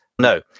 No